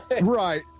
right